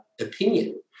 opinion